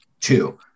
Two